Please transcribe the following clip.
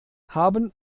haben